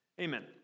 Amen